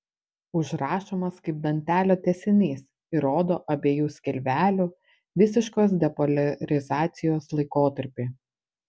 užrašomas kaip dantelio tęsinys ir rodo abiejų skilvelių visiškos depoliarizacijos laikotarpį